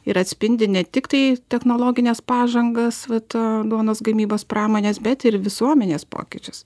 ir atspindi ne tik tai technologines pažangas vat duonos gamybos pramonės bet ir visuomenės pokyčius